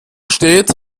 steht